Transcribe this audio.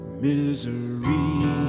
Misery